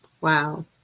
Wow